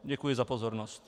Děkuji za pozornost.